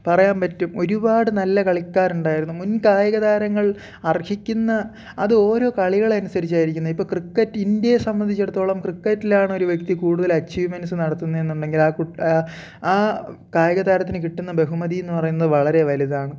പറയാൻ പറ്റും ഒരുപാട് നല്ല കളിക്കാരുണ്ടായിരുന്നു മുൻ കായിക താരങ്ങൾ അർഹിക്കുന്ന അതോരോ കളികൾ അനുസരിച്ചാണ് ഇരിക്കുന്നത് ഇപ്പോൾ ക്രിക്കറ്റ് ഇന്ത്യയെ സംബന്ധിച്ചെടുത്തോളം ക്രിക്കറ്റിലാണ് ഒരു വ്യക്തി കൂടുതൽ അച്ചീവമെൻസ് നടത്തുന്നതെന്നുണ്ടെങ്കിൽ ആ കുട്ടി ആ ആ കായിക താരത്തിന് കിട്ടുന്ന ബഹുമതിയെന്ന് പറയുന്നത് വളരെ വലുതാണ്